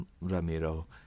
Ramiro